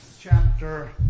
chapter